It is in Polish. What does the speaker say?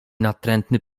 natrętny